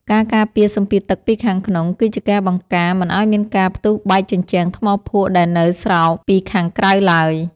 ការការពារសម្ពាធទឹកពីខាងក្នុងគឺជាការបង្ការមិនឱ្យមានការផ្ទុះបែកជញ្ជាំងថ្មភក់ដែលនៅស្រោបពីខាងក្រៅឡើយ។